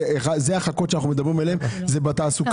זה החקיקה שאנחנו מדברים עליה זה בתעסוקה,